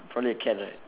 probably a cat right